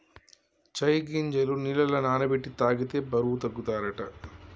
చై గింజలు నీళ్లల నాన బెట్టి తాగితే బరువు తగ్గుతారట